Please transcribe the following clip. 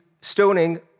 stoning